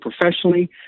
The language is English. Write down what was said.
professionally